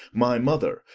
my mother,